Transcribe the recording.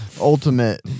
ultimate